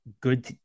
Good